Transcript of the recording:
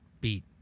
beat